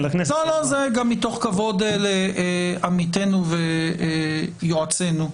זה גם מתוך כבוד לעמיתנו ויועצנו.